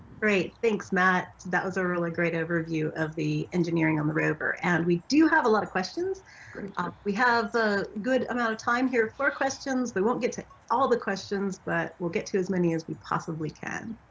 great, thanks matt that was a really great overview of the engineering on the rover. and we do have a lot of questions ah we have a good amount of time here for questions, we won't get to all the questions but we'll get to as many as we possibly can.